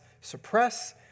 suppress